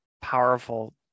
powerful